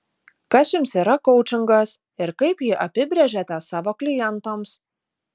kas jums yra koučingas ir kaip jį apibrėžiate savo klientams